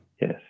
yes